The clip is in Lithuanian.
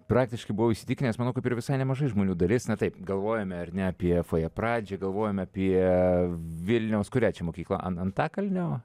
praktiškai buvau įsitikinęs manau kaip ir visai nemažai žmonių dalis na taip galvojome ar ne apie fojė pradžiai galvojam apie vilniaus kurią čia mokyklą an antakalnio